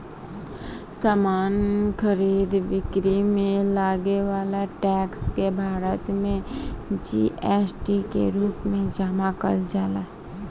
समान के खरीद बिक्री में लागे वाला टैक्स के भारत में जी.एस.टी के रूप में जमा कईल जाला